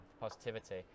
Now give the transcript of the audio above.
positivity